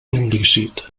il·lícit